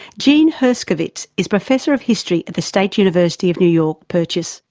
jean herskovits is professor of history at the state university of new york, purchase.